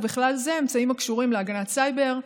ובכלל זה אמצעים הקשורים להגנת סייבר,